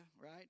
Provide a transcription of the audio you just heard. right